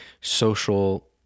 social